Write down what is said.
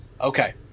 Okay